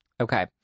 Okay